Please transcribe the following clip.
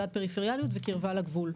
מדד פריפריאליות וקירבה לגבול.